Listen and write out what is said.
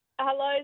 hello